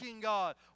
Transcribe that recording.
God